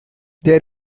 there